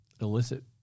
illicit